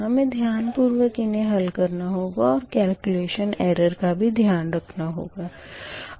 हमें ध्यानपूर्वक इन्हें हल करना होगा और केलक्यूलेशन ऐरर का भी ध्यान रखना होगा